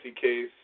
case